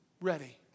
Ready